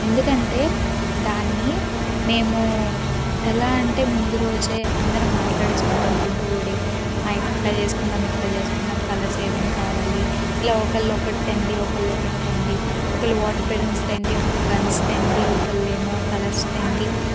ఎందుకంటే దాన్ని మేము ఎలా అంటే ముందు రోజే అందరు మాట్లాడేసుకుంటాం గుంపుగూడి నైట్ ఇట్లా చేసుకుందాం ఇట్లా చేసుకుందాం కలర్స్ ఏమేం కావాలి ఇలా ఒకళ్ళు ఒకటి తెండి ఒకరు ఒకటి తెండి ఒకరు వాటర్ బెలూన్స్ తెండి ఒకళ్ళు గన్స్ తెండి ఒకరు ఏమో కలర్స్ తెండి